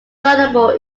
soluble